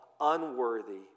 unworthy